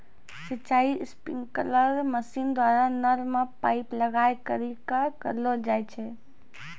सिंचाई sprinkler machine द्वारा नल मे पाइप लगाय करि क करलो जाय छै